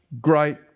great